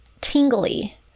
tingly